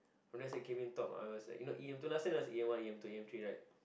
lets say came in top I was like you know last time theres E_M-one E_M-two and E_M-three right